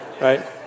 Right